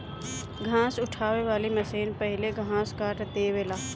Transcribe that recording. घास उठावे वाली मशीन पहिले घास काट देवेला